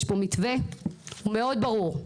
יש פה מתווה מאוד ברור.